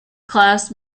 class